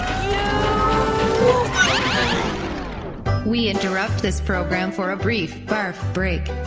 um we interrupt this program for a brief barf break.